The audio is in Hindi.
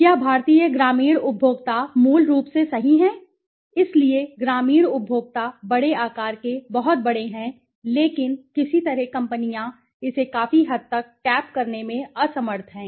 क्या भारतीय ग्रामीण उपभोक्ता मूल रूप से सही हैं इसलिए ग्रामीण उपभोक्ता बड़े आकार के बहुत बड़े हैं लेकिन किसी तरह कंपनियां इसे काफी हद तक टैप करने में असमर्थ हैं